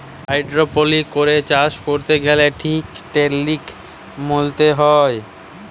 hydroponics করে চাষ ক্যরতে গ্যালে ঠিক টেকলিক মলতে হ্যয়